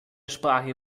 sprache